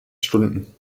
stunden